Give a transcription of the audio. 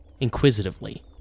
inquisitively